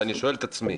ואני שואל את עצמי: